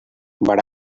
but